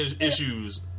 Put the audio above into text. issues